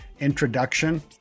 introduction